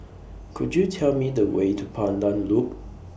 Could YOU Tell Me The Way to Pandan Loop